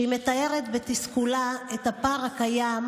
שהיא מתארת בו בתסכולה את הפער הקיים,